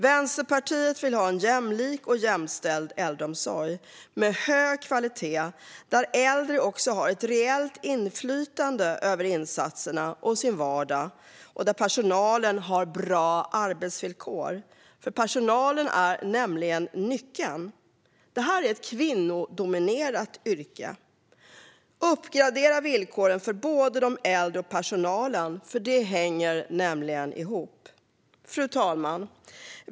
Vänsterpartiet vill ha en jämlik och jämställd äldreomsorg med hög kvalitet, där de äldre har ett reellt inflytande över insatserna och sin vardag och där personalen har bra arbetsvillkor. För personalen är nyckeln. Det är ett kvinnodominerat yrke. Uppgradera villkoren för både de äldre och personalen! Det hänger nämligen ihop. Fru talman!